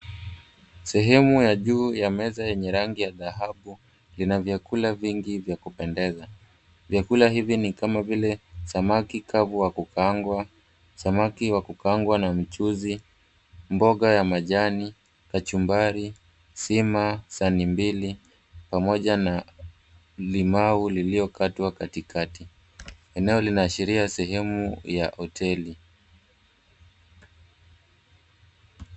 Sehemu ya juu ya meza yenye rangi ya dhahabu, ina vyakula vingi vya kupendeza. Vyakula hivi ni kama vile samaki kavu wa kukaangwa, samaki wa kukaangwa na michuzi, mboga ya majani, kachumbari, sima sahani mbili, pamoja na limau liliokatwa katikati. Eneo linaashiria sehemu ya hoteli.